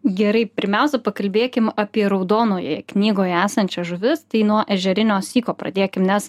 gerai pirmiausia pakalbėkim apie raudonojoje knygoje esančias žuvis tai nuo ežerinio syko pradėkim nes